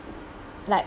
like